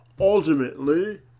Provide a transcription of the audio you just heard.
ultimately